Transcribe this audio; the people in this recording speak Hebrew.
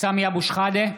סמי אבו שחאדה,